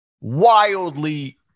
wildly